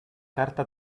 carta